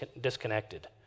disconnected